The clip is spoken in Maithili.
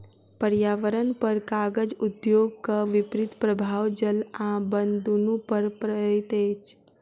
पर्यावरणपर कागज उद्योगक विपरीत प्रभाव जल आ बन दुनू पर पड़ैत अछि